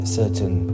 certain